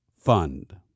fund